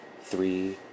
three